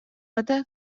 хата